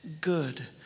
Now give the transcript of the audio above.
good